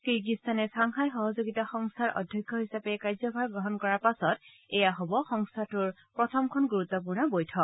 কিৰ্গিস্তানে Shanghai সহযোগিতা সংস্থাৰ অধ্যক্ষ হিচাপে কাৰ্যভাৰ গ্ৰহণ কৰাৰ পাছত এইয়া হ'ব সংস্থাটোৰ প্ৰথমখন গুৰুত্বপূৰ্ণ বৈঠক